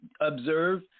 observe